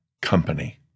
company